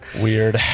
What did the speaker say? Weird